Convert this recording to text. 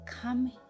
Come